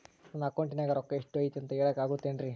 ನನ್ನ ಅಕೌಂಟಿನ್ಯಾಗ ರೊಕ್ಕ ಎಷ್ಟು ಐತಿ ಅಂತ ಹೇಳಕ ಆಗುತ್ತೆನ್ರಿ?